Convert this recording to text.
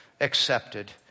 Accepted